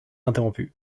interrompu